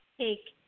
take